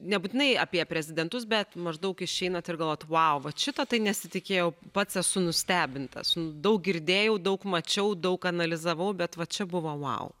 nebūtinai apie prezidentus bet maždaug išeinat ir galvojat vau va šito tai nesitikėjau pats esu nustebintas daug girdėjau daug mačiau daug analizavau bet va čia buvo vau